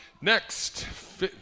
Next